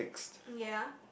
ya